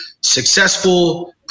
successful